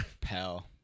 Pal